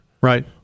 Right